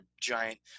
giant